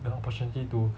the opportunity to